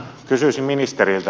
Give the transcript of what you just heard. kysyisin ministeriltä